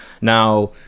Now